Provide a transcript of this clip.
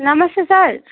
नमस्ते सर